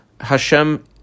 Hashem